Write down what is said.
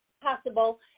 possible